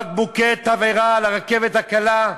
בקבוקי תבערה על הרכבת הקלה,